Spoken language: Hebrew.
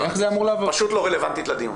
פשוט לא רלבנטית לדיון.